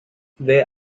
there